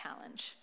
challenge